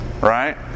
right